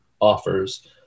offers